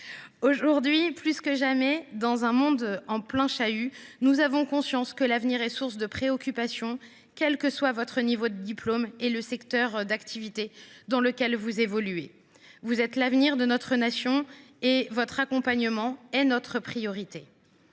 Aujourd’hui, plus que jamais, dans un monde en plein chahut, nous avons conscience que l’avenir est source de préoccupations, quels que soient votre niveau de diplôme et le secteur d’activité dans lequel vous évoluez. Vous êtes l’avenir de notre nation et notre priorité